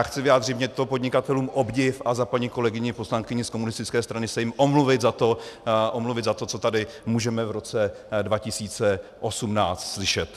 Chci vyjádřit těmto podnikatelům obdiv a za paní kolegyni poslankyni z komunistické strany se jim omluvit za to, co tady můžeme v roce 2018 slyšet.